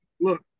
look